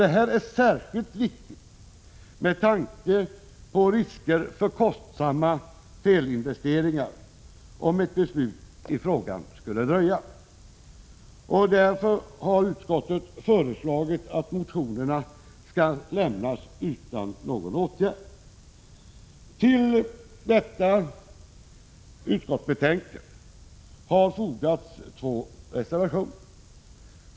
Detta är särskilt viktigt med tanke på risker för kostsamma felinvesteringar om ett beslut i frågan skulle dröja. Därför har utskottet föreslagit att motionerna skall lämnas utan åtgärd. Till utskottets betänkande har fogats två reservationer.